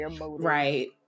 Right